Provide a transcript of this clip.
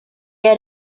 had